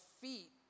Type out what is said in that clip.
feet